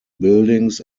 buildings